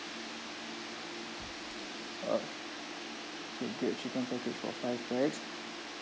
ah K grilled chicken package for five pax